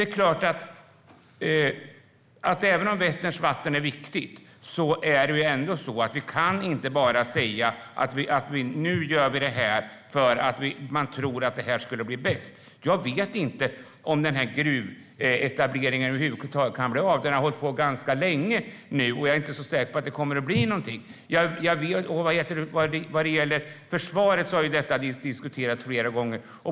Även om Vätterns vatten är viktigt kan man inte bara säga: Nu gör vi det här, för det tror vi skulle bli bäst. Jag vet inte om den här gruvetableringen över huvud taget kan bli av. Detta har hållit på ganska länge nu, och jag är inte så säker på att det kommer att bli någonting av det. Vad gäller försvaret har det diskuterats flera gånger.